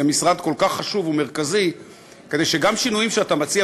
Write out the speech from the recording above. זה משרד כל כך חשוב ומרכזי כדי שגם שינויים שאתה מציע,